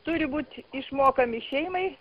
turi būt išmokami šeimai